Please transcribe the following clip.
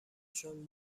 چون